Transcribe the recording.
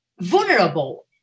vulnerable